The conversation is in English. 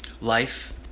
life